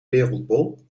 wereldbol